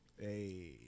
hey